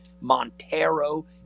Montero